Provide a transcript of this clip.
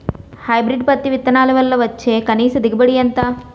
Hybrid పత్తి విత్తనాలు వల్ల వచ్చే కనీస దిగుబడి ఎంత?